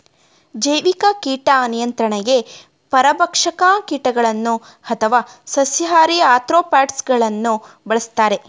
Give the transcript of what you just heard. ಜೈವಿಕ ಕೀಟ ನಿಯಂತ್ರಣಗೆ ಪರಭಕ್ಷಕ ಕೀಟಗಳನ್ನು ಅಥವಾ ಸಸ್ಯಾಹಾರಿ ಆಥ್ರೋಪಾಡ್ಸ ಗಳನ್ನು ಬಳ್ಸತ್ತರೆ